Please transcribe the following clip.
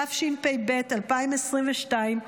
התשפ"ב 2022,